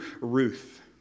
Ruth